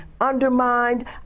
undermined